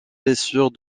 blessures